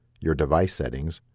your device settings,